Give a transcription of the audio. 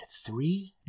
three